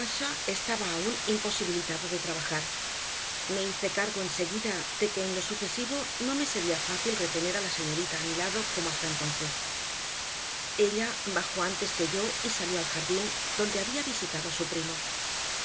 estaba aún imposibilitado de trabajar me hice cargo enseguida de que en lo sucesivo no me sería fácil retener a la señorita a mi lado como hasta entonces ella bajó antes que yo y salió al jardín donde había visitado a su primo